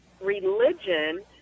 religion